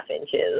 inches